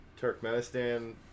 Turkmenistan